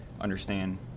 understand